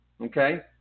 Okay